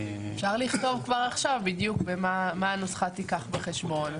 אפשר לכתוב כבר עכשיו מה הנוסחה תיקח בחשבון,